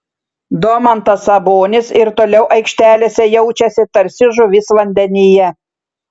domantas sabonis ir toliau aikštelėse jaučiasi tarsi žuvis vandenyje